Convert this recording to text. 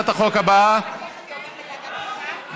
ועדת חוקה, כן.